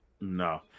No